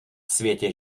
světě